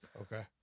Okay